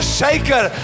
shaker